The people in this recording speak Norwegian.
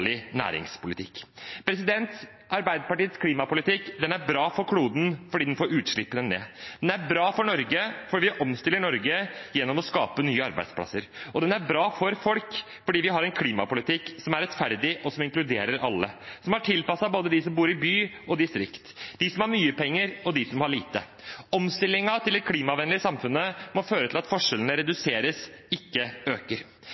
næringspolitikk. Arbeiderpartiets klimapolitikk er bra for kloden fordi den får utslippene ned. Den er bra for Norge fordi vi omstiller Norge gjennom å skape nye arbeidsplasser. Og den er bra for folk fordi vi har en klimapolitikk som er rettferdig, som inkluderer alle, som er tilpasset både de som bor i by, og de som bor i distriktet, de som har mye penger, og de som har lite. Omstillingen til det klimavennlige samfunnet må føre til at forskjellene reduseres, ikke øker.